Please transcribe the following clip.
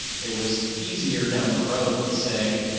it was easier down the road to say,